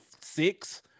six